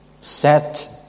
set